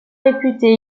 réputé